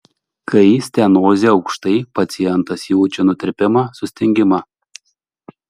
kai stenozė aukštai pacientas jaučia nutirpimą sustingimą